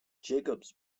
jacobs